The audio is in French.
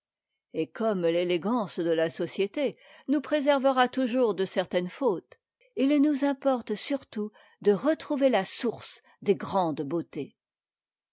et comme l'élégance de la société nous préservera toujours de certaines fautes il nous importe surtout de retrouver la source des grandes beautés